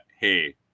hey